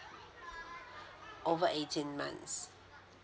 over eighteen months